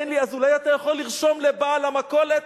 אז אולי אתה יכול לרשום לבעל המכולת?